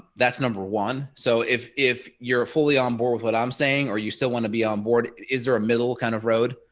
that's number one. so if if you're fully onboard with what i'm saying or you still want to be on board is there a middle kind of road.